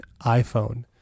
iPhone